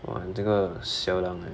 !wah! 你这个 siao lang leh